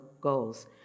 goals